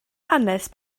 hanes